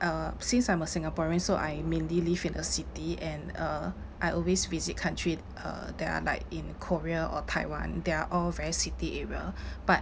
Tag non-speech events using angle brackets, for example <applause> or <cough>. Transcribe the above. uh since I'm a singaporean so I mainly live in a city and uh I always visit country err that are like in korea or taiwan they're all very city area <breath> but